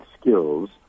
skills